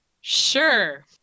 Sure